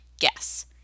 guess